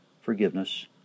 forgiveness